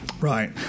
Right